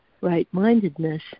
right-mindedness